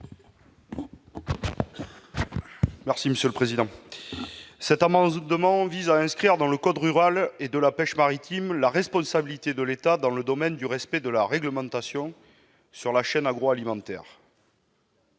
M. Fabien Gay. Cet amendement vise à inscrire dans le code rural et de la pêche maritime la responsabilité de l'État dans le domaine du respect de la réglementation concernant la chaîne agroalimentaire.